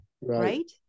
right